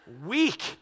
Weak